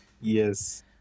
Yes